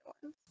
one